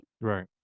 Right